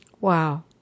Wow